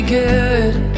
good